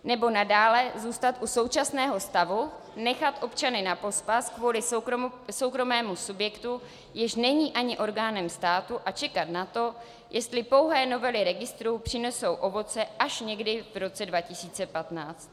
Nebo nadále zůstat u současného stavu, nechat občany napospas kvůli soukromému subjektu, jenž není ani orgánem státu, a čekat na to, jestli pouhé novely registrů přinesou ovoce až někdy v roce 2015.